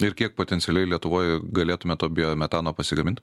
ir kiek potencialiai lietuvoj galėtume to biometano pasigamint